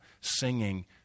singing